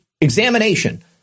examination